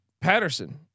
Patterson